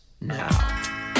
now